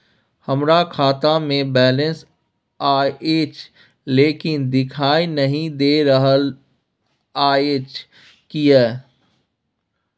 हमरा खाता में बैलेंस अएछ लेकिन देखाई नय दे रहल अएछ, किये?